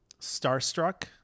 Starstruck